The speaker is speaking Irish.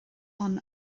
ann